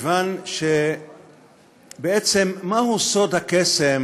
כיוון שבעצם, מהו סוד הקסם